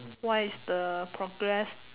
what is the progress